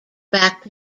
back